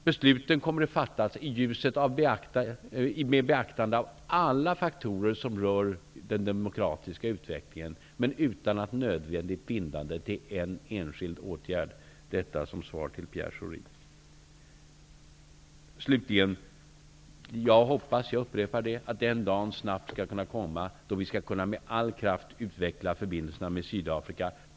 Besluten kommer att fattas med beaktande av alla faktorer som rör den demokratiska utvecklingen, men utan att nödvändigtvis vara bundna till en enskild åtgärd. Detta var ett svar till Pierre Schori. Slutligen upprepar jag att jag hoppas att den dagen skall komma snabbt då vi med all kraft skall kunna utveckla förbindelserna med Sydafrika.